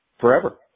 forever